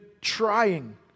trying